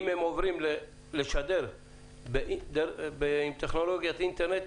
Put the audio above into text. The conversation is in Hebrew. אם הן עוברות לשדר בטכנולוגיית אינטרנט,